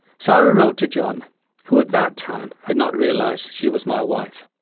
sara wrote to john who, at that time, had not realised she was my wife.